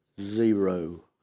zero